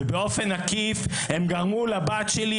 ובאופן עקיף הם גרמו לבת שלי,